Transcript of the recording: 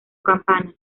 campanas